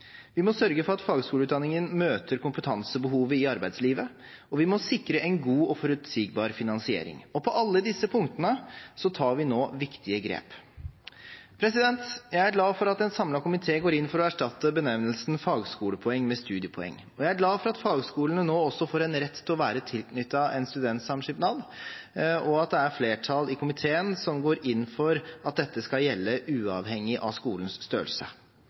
Vi må sørge for at fagskoleutdanningen møter kompetansebehovet i arbeidslivet, og vi må sikre en god og forutsigbar finansiering. På alle disse punktene tar vi nå viktige grep. Jeg er glad for at en samlet komité går inn for å erstatte benevnelsen «fagskolepoeng» med «studiepoeng», og jeg er glad for at fagskolene nå også får rett til å være tilknyttet en studentsamskipnad, og at det er flertall i komiteen som går inn for at dette skal gjelde uavhengig av skolens størrelse.